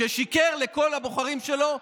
ששיקר לכל הבוחרים שלו,